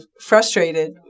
frustrated